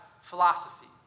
philosophy